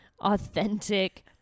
authentic